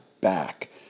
back